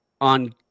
on